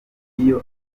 iyo